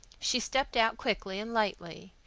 she stepped out quickly and lightly.